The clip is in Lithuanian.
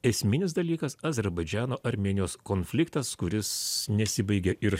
esminis dalykas azerbaidžano armėnijos konfliktas kuris nesibaigia ir